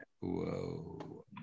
whoa